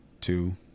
two